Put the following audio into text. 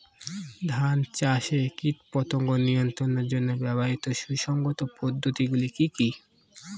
ধান চাষে কীটপতঙ্গ নিয়ন্ত্রণের জন্য ব্যবহৃত সুসংহত পদ্ধতিগুলি কি কি?